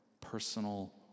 personal